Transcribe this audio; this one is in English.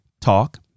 Talk